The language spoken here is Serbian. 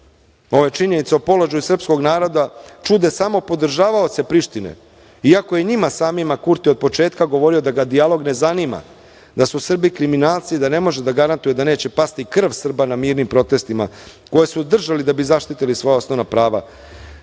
je činjenice o položaju srpskog naroda čude samo podržavaoce Prištine, iako je njima samima Kurti od početka govorio da ga dijalog ne zanima, da su Srbi kriminalci, da ne može da garantuje da neće pasti krv Srba na mirnim protestima, koje su držali da bi zaštitili svoja osnovna prava.